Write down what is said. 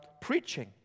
preaching